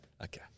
Okay